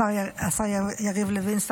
השר יריב לוין,